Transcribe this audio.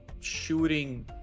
shooting